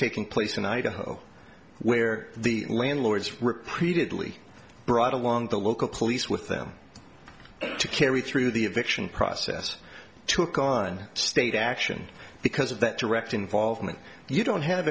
taking place in idaho where the landlords repeatedly brought along the local police with them to carry through the eviction process took on state action because of that direct involvement you don't have